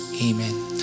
Amen